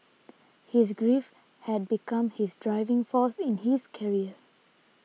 his grief had become his driving force in his career